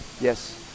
Yes